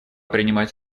принимать